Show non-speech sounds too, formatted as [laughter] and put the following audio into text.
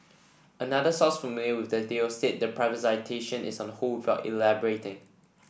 another source familiar with the deal said the privatisation is on hold [unintelligible] elaborating